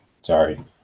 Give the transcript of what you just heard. Sorry